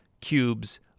cubes